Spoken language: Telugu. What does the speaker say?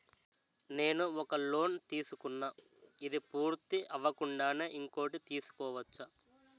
నేను ఒక లోన్ తీసుకున్న, ఇది పూర్తి అవ్వకుండానే ఇంకోటి తీసుకోవచ్చా?